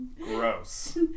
Gross